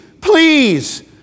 please